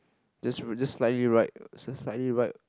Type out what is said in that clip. just r~ just like you right just like you right